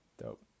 Dope